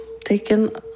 taken